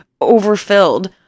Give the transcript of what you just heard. overfilled